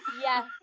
Yes